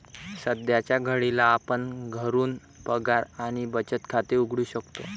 सध्याच्या घडीला आपण घरून पगार आणि बचत खाते उघडू शकतो